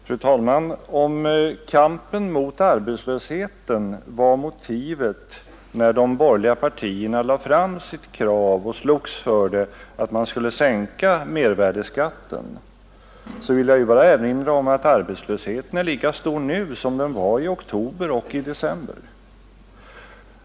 Fru talman! Om kampen mot arbetslösheten var motivet när de borgerliga partierna lade fram sitt krav — och slogs för det — att sänka mervärdeskatten, så vill jag erinra om att arbetslösheten är lika stor nu som den var i oktober och december förra året.